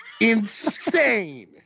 insane